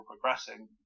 progressing